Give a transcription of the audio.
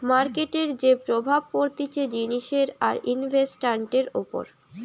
মার্কেটের যে প্রভাব পড়তিছে জিনিসের আর ইনভেস্টান্টের উপর